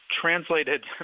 translated